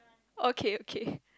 okay okay